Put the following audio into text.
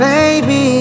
Baby